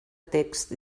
text